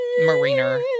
Mariner